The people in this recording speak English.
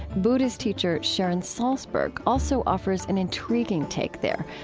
buddhist teacher sharon salzburg also offers an intriguing take there,